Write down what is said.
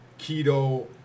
keto